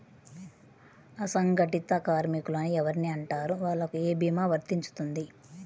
అసంగటిత కార్మికులు అని ఎవరిని అంటారు? వాళ్లకు ఏ భీమా వర్తించుతుంది?